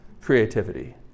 creativity